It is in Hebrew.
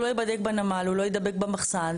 הוא לא ייבדק בנמל, הוא לא ייבדק במחסן.